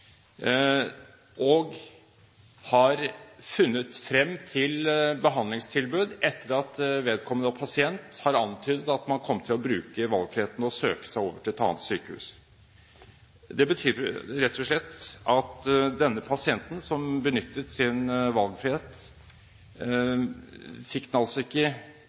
og har funnet frem til behandlingstilbud etter at vedkommende pasient har antydet at man kom til å bruke valgfriheten og søke seg til et annet sykehus. Det betyr rett og slett at denne pasienten som benyttet sin valgfrihet, ikke fikk den